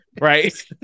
right